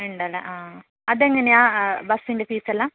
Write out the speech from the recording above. ഉണ്ടല്ലേ ആ അതെങ്ങനെയാണ് ബസ്സിൻ്റെ ഫീസ് എല്ലാം